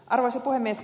arvoisa puhemies